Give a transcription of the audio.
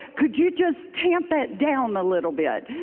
could you just tamp it down a little bit?